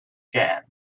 cannes